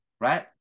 right